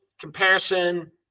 comparison